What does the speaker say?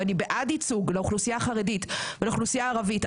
ואני בעד ייצוג לאוכלוסייה החרדית ולאוכלוסייה הערבית,